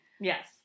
Yes